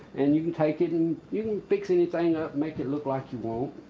and you can take it and you can fix anything up, make it look like you